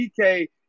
DK